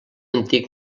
antic